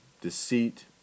deceit